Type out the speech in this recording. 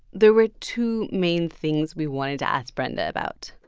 there were two main things we wanted to ask brenda about